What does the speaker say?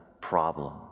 problem